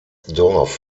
dorf